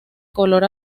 color